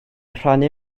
rhannu